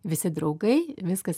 visi draugai viskas